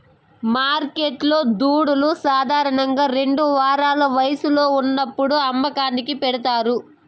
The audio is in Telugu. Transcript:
మార్కెట్లో దూడలు సాధారణంగా రెండు వారాల వయస్సులో ఉన్నప్పుడు అమ్మకానికి పెడతారు